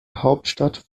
hauptstadt